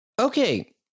Okay